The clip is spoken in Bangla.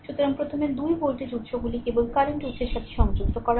সুতরাং প্রথম 2 ভোল্টেজ উত্সগুলি কেবল কারেন্ট উত্সের সাথে সংযুক্ত করা হয়